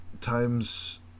times